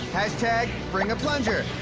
hashtag bring-a-plunger!